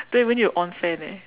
don't even need to on fan eh